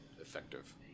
effective